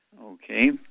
Okay